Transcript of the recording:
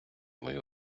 мою